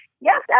yes